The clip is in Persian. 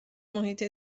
محیط